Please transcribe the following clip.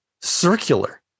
circular